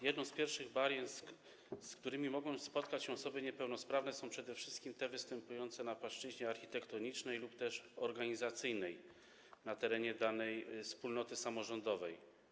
Jednymi z pierwszych barier, z jakimi mogą spotkać się osoby niepełnosprawne, są przede wszystkim te występujące na płaszczyźnie architektonicznej lub też organizacyjnej na terenie danej wspólnoty samorządowej.